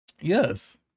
Yes